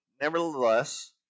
nevertheless